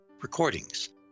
recordings